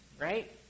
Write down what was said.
right